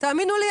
תאמינו לי,